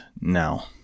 now